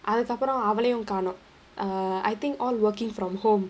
அதுக்கப்பறம் அவளையும் காணோ:athukkapparam avalayum kaano err I think all working from home